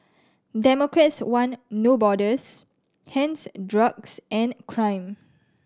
democrats want No Borders hence drugs and crime